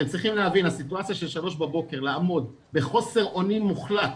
אתם צריכים להבין הסיטואציה של - שלוש בבוקר לעמוד בחוסר אונים מוחלט